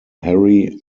harry